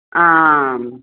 आम्